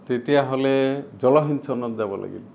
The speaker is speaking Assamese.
তেতিয়াহ'লে জলসিঞ্চনত যাব লাগিব